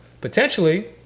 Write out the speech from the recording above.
potentially